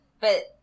but-